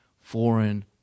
foreign